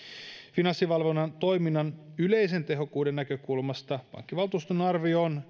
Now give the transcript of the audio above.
finanssivalvonnan toiminnan yleisen tehokkuuden näkökulmasta pankkivaltuuston arvio on